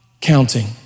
counting